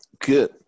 Good